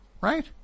right